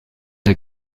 der